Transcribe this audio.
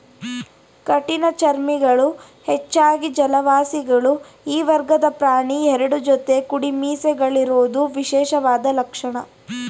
ಕಠಿಣಚರ್ಮಿಗಳು ಹೆಚ್ಚಾಗಿ ಜಲವಾಸಿಗಳು ಈ ವರ್ಗದ ಪ್ರಾಣಿ ಎರಡು ಜೊತೆ ಕುಡಿಮೀಸೆಗಳಿರೋದು ವಿಶೇಷವಾದ ಲಕ್ಷಣ